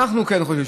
ממה אנחנו כן חוששים?